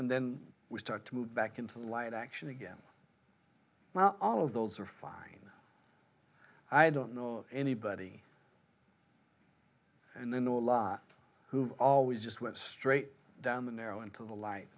and then we start to move back into light action again now all of those are fine i don't know anybody and then or lot who always just went straight down the narrow and to the light